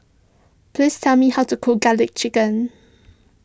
please tell me how to cook Garlic Chicken